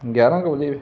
ਗਿਆਰਾਂ ਕੁ ਵਜੇ